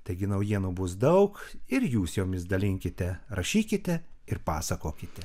taigi naujienų bus daug ir jūs jomis dalinkite rašykite ir pasakokite